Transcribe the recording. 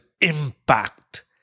impact